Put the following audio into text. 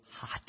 hot